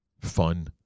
fun